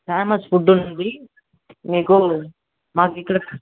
famous food ఉంది మీకు మాకిక్కడ